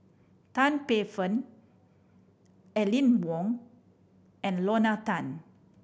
Tan Paey Fern Aline Wong and Lorna Tan